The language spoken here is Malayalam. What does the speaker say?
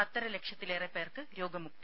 പത്തര ലക്ഷത്തിലേറെപ്പേർക്ക് രോഗമുക്തി